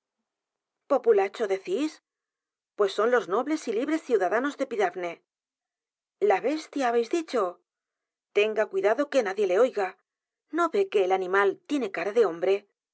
populacho decís pues son los nobles y libres ciudadanos de epidafne la bestia habéis dicho tenga cuidado que nadie le oiga no ve que el animal tiene cara de hombre